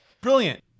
Brilliant